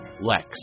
Lex